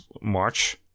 march